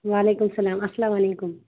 وعلیکُم سَلام اَسلام علیکُم